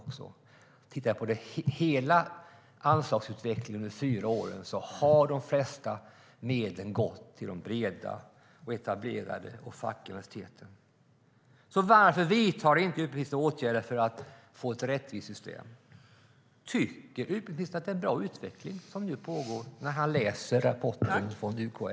Om vi tittar på hela anslagsutvecklingen under fyra år ser vi att de flesta medlen har gått till de breda etablerade universiteten och till fackuniversiteten. Varför vidtar utbildningsministern inte åtgärder för att få ett rättvist system? Tycker utbildningsministern att det är en bra utveckling som nu pågår när han läser exempelvis rapporten från UKÄ?